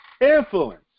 influence